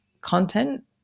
content